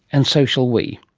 and so shall we.